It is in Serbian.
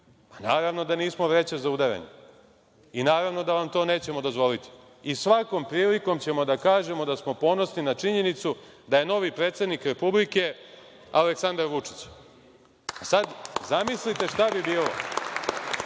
Naravno da nismo vreća za udaranje i naravno da vam to nećemo dozvoliti i svakom prilikom ćemo da kažemo da smo ponosni na činjenicu da je novi predsednik Republike Aleksandar Vučić. Zamislite šta bi bilo